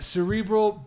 Cerebral